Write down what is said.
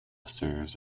serves